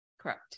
Correct